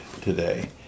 today